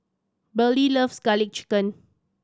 Beryl loves Garlic Chicken